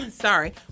sorry